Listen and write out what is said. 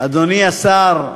אדוני השר,